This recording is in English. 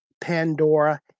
Pandora